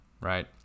right